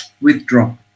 withdraw